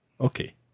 Okay